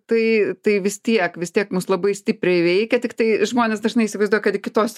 tai tai vis tiek vis tiek mus labai stipriai veikia tiktai žmonės dažnai įsivaizduoja kad į kitos